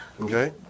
Okay